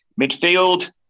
Midfield